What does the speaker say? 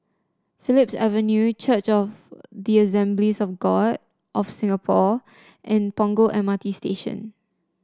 Phillips Avenue Church of the Assemblies of God of Singapore and Punggol M R T Station